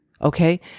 Okay